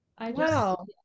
wow